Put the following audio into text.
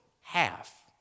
half